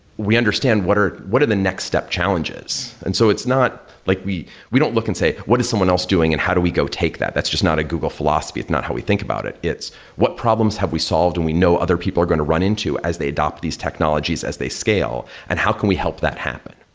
we understand what are what are the next step challenges. and so like we we don't look and say, what is someone else doing and how do we go take that? that's just not a google philosophy. it's not how we think about it. it's what problems have we solved and we know other people are going to run into as they adapt these technologies, as they scale? and how can we help that happen?